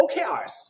OKRs